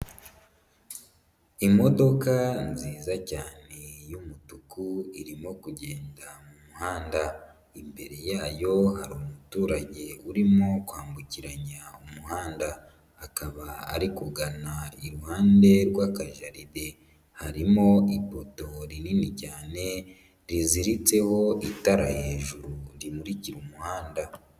Imodoka nziza cyane y'umutuku irimo kugenda mu muhanda, imbere yayo hari umuturage urimo kwambukiranya umuhanda akaba ari kugana iruhande rw'akajaride, harimo ipoto rinini cyane riziritseho itara hejuru rimurikira umuhanda.